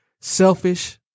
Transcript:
selfish